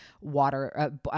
water